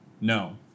No